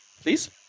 please